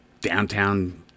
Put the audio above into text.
downtown